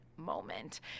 moment